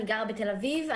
אני גרה בתל אביב,